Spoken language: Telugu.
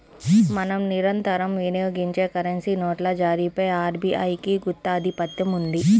మనం నిరంతరం వినియోగించే కరెన్సీ నోట్ల జారీపై ఆర్బీఐకి గుత్తాధిపత్యం ఉంది